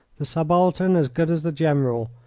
the subaltern as good as the general,